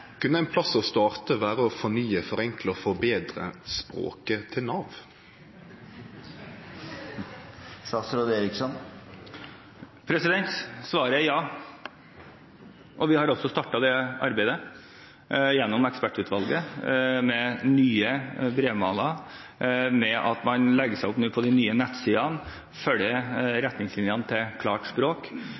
Kunne ein plass å starte vere å fornye, forenkle og forbetre språket til Nav? Svaret er ja. Vi har startet dette arbeidet gjennom Ekspertutvalget, med nye brevmaler, at det man legger ut på de nye nettsidene, følger